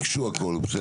ביקשו הכול, בסדר.